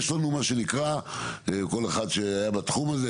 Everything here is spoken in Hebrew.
יש לנו כל אחד שהיה בתחום הזה,